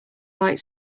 light